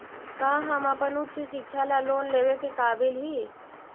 का हम अपन उच्च शिक्षा ला लोन लेवे के काबिल ही?